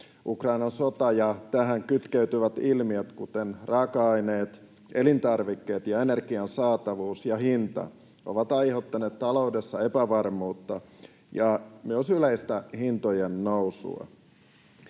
Ukrainan sota ja tähän kytkeytyvät ilmiöt, kuten raaka-aineet, elintarvikkeet ja energian saatavuus ja hinta, ovat aiheuttaneet taloudessa epävarmuutta ja myös yleistä hintojen nousua.